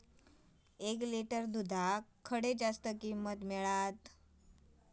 एक लिटर दूधाक खडे जास्त किंमत मिळात?